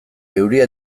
euria